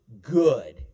good